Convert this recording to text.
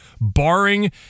Barring